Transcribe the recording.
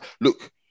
look